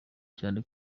cyane